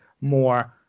more